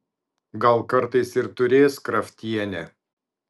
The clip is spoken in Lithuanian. gal kartais ir turės kraftienė